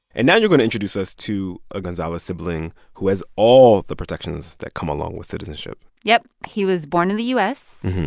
and now you're going to introduce us to a gonzalez sibling who has all the protections that come along with citizenship yep. he was born in the u s.